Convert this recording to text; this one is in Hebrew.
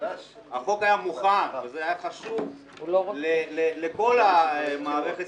החוק היה מוכן והיה חשוב לכל המערכת